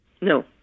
No